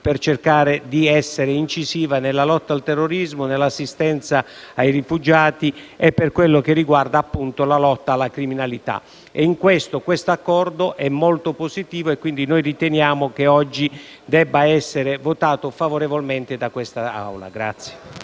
per cercare di essere incisiva nella lotta al terrorismo, nell'assistenza ai rifugiati e per quello che riguarda, appunto, la lotta alla criminalità. In questo, l'Accordo al nostro esame è molto positivo, quindi noi riteniamo che oggi debba essere approvato da quest'Assemblea.